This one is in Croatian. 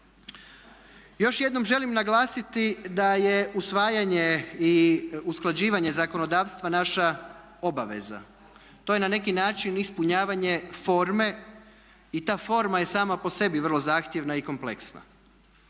Još jednom želim naglasiti da je usvajanje i usklađivanje zakonodavstva naša obaveza. To je na neki način ispunjavanje forme. I ta forma je sama po sebi vrlo zahtjevna i kompleksna.